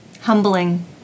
Humbling